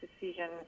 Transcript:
decision